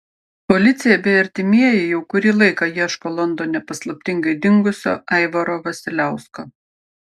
policija bei artimieji jau kurį laiką ieško londone paslaptingai dingusio aivaro vasiliausko